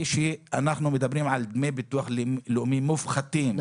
שאנחנו מדברים על דמי ביטוח לאומי מופחתים,